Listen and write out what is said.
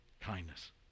kindness